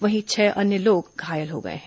वहीं छह अन्य लोग घायल हो गए हैं